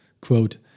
Quote